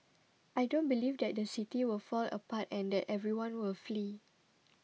I don't believe that the City will fall apart and that everyone will flee